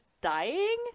dying